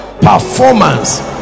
performance